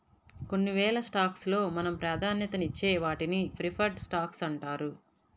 కొన్నివేల స్టాక్స్ లో మనం ప్రాధాన్యతనిచ్చే వాటిని ప్రిఫర్డ్ స్టాక్స్ అంటారు